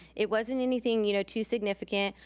it wasn't anything you know too significant.